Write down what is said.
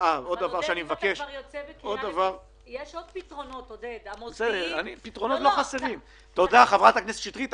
מהמדינה